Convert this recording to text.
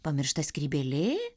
pamiršta skrybėlė